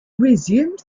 resumed